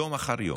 יום אחר יום,